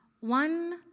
One